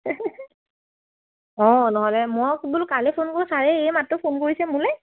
অঁ নহ'লে মই আৰু বোলো কাৰলে ফোন কৰোঁ ছাৰে এই মাত্ৰ ফোন কৰিছে মোলৈ